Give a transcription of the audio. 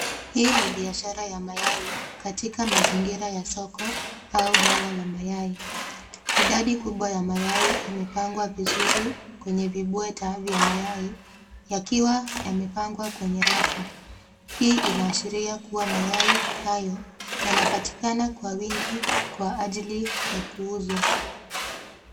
Hii ni biashara ya mayai katika mazingira ya soko au galla la mayai idadi ya kubwa ya mayai imepangwa vizuri kwenye vibweta vya mayai yakiwa yamepangwa kwenye rafu. Hii inaashiria kuwa mayai hayo yanapatikana kwa uwingi kwa ajili ya kuuzwa.